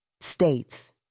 States